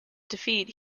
defeat